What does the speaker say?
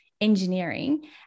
engineering